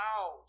out